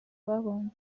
babonye